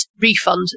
refund